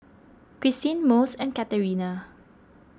Cristine Mose and Katerina